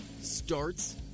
starts